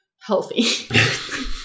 Healthy